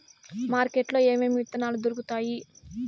market లో ఏమేమి విత్తనాలు దొరుకుతాయి